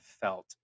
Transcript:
felt